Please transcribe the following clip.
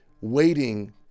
waiting